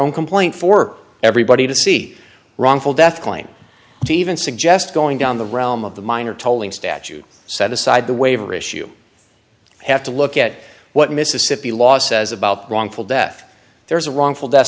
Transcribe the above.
own complaint for everybody to see wrongful death claim to even suggest going down the realm of the minor tolling statute set aside the waiver issue have to look at what mississippi law says about wrongful death there is a wrongful death